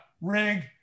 rig